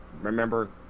remember